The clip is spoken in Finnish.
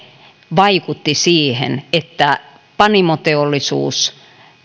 vaikutti siihen panimoteollisuus